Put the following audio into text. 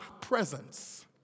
presence